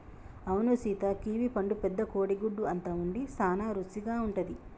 అవును సీత కివీ పండు పెద్ద కోడి గుడ్డు అంత ఉండి సాన రుసిగా ఉంటది